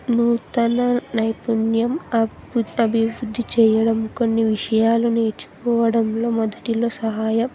నూతన నైపుణ్యం అభివృద్ధి చేయడం కొన్ని విషయాలు నేర్చుకోవడంలో మొదటిలో సహాయం